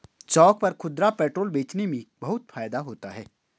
चौक पर खुदरा पेट्रोल बेचने में बहुत फायदा होता है